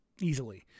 easily